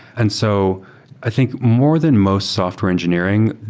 and so i think more than most software engineering,